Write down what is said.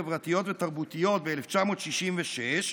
חברתיות ותרבותיות ב-1966,